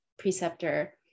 preceptor